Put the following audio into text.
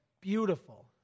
beautiful